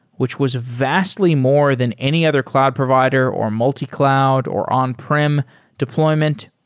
which was vastly more than any other cloud provider, or multi-cloud, or on-prem deployment.